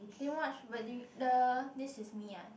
didn't watch but do you the This Is Me ah